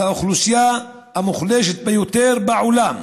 לאוכלוסייה המוחלשת ביותר בעולם,